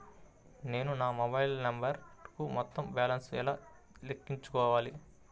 నేను నా మొబైల్ నంబరుకు మొత్తం బాలన్స్ ను ఎలా ఎక్కించుకోవాలి?